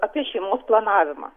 apie šeimos planavimą